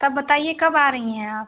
तब बताइए कब आ रही हैं आप